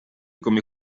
come